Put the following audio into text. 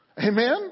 Amen